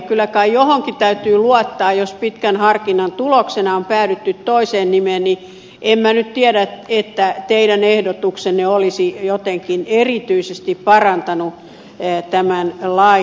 kyllä kai johonkin täytyy luottaa jos pitkän harkinnan tuloksena on päädytty toiseen nimeen niin että en minä nyt tiedä olisiko teidän ehdotuksenne jotenkin erityisesti parantanut tämän lain sisältöä